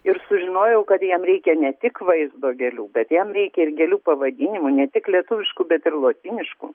ir sužinojau kad jam reikia ne tik vaizdo gėlių bet jam reikia ir gėlių pavadinimų ne tik lietuviškų bet ir lotyniškų